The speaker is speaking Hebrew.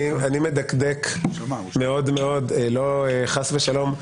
אני מדקדק מאוד מאוד לא, חס ושלום,